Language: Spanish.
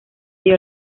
dio